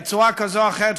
בצורה כזאת או אחרת,